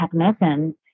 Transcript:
technicians